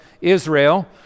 Israel